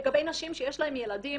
לגבי נשים שיש להן ילדים,